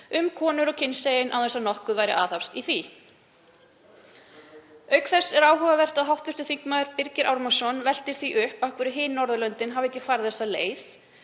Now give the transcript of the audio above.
um konur og kynsegin án þess að nokkuð væri aðhafst í því. Auk þess er áhugavert að hv. þm. Birgir Ármannsson veltir því upp af hverju hin Norðurlöndin hafa ekki farið þessa leið